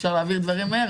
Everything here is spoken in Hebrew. שאפשר להעביר דברים מהר,